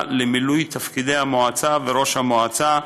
למילוי תפקידי המועצה וראש המועצה וראש המועצה,